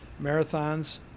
marathons